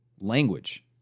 language